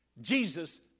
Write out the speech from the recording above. Jesus